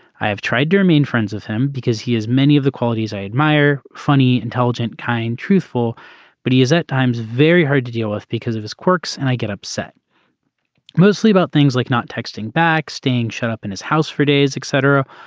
i have tried to remain friends with him because he has many of the qualities i admire funny intelligent kind truthful truthful but he is at times very hard to deal with because of his quirks and i get upset mostly about things like not texting back staying shut up in his house for days etc.